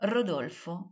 Rodolfo